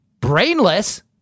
Brainless